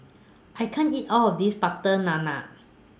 I can't eat All of This Butter Naan